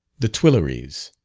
the tuileries,